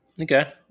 Okay